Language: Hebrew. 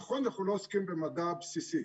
נכון, אנחנו לא עוסקים במדע הבסיסי.